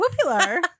popular